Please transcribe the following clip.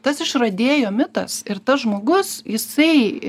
tas išradėjo mitas ir tas žmogus jisai